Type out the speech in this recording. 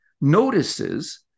notices